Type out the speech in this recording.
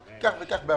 כך וכך פניות,